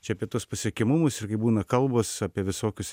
čia apie tuos pasiekimus irgi būna kalbos apie visokius